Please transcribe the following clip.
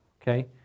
Okay